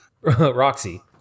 Roxy